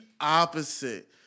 opposite